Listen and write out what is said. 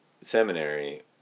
seminary